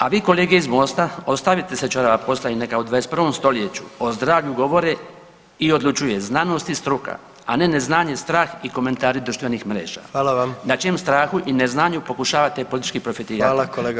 A vi kolege iz MOST-a ostavite se ćorava posla i neka u 21. stoljeću o zdravlju govore i odlučuje znanost i struka, a ne neznanje, strah i komentari društvenih mreža [[Upadica predsjednik: Hvala vam.]] na čijem strahu i neznanju pokušavate politički profitirati.